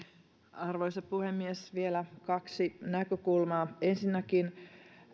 arvoisa puhemies vielä kaksi näkökulmaa ensinnäkin